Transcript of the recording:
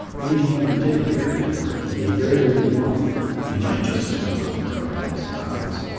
and even when he did appear at his work he gave very little warmth and he might just as well have been covered in his clouds.